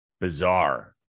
bizarre